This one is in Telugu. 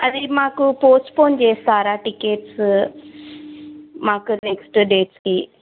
అది మాకు పోస్ట్పోన్ చేస్తారా టికెట్స్ మాకు నెక్స్ట్ డేట్స్కి